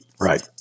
Right